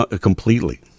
completely